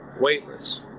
weightless